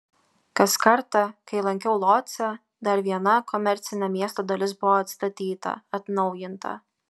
kas kartą kai lankiau lodzę dar viena komercinė miesto dalis buvo atstatyta atnaujinta